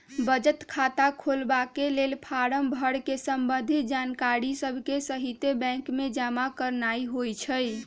बचत खता खोलबाके लेल फारम भर कऽ संबंधित जानकारिय सभके सहिते बैंक में जमा करनाइ होइ छइ